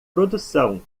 produção